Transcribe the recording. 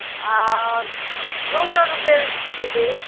दू सए रुपैए दीदी